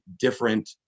different